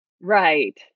Right